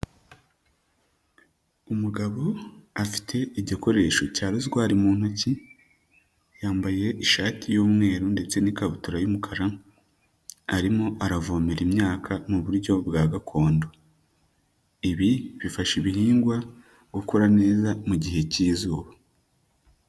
Umugabo afite igikoresho cya rozwari mu ntoki, yambaye ishati y'umweru ndetse n'ikabutura y'umukara, arimo aravomera imyaka mu buryo bwa gakondo, ibi bifasha ibihingwa gukura neza mu gihe cy'izuba.